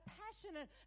passionate